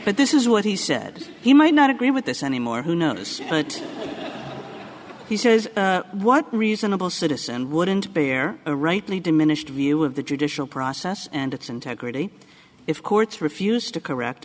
but this is what he said he might not agree with this any more who knows but he says what reasonable citizen wouldn't bear a rightly diminished view of the judicial process and its integrity if courts refused to correct